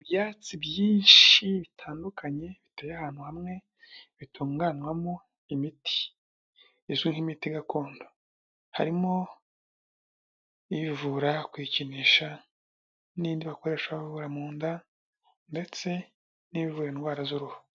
Ibyatsi byinshi bitandukanye biteye ahantu hamwe, bitunganywamo imiti izwi nk'imiti gakondo. Harimo ivura kwikinisha n'indi bakoresha bavura mu nda ndetse n'ivura indwara z'uruhu.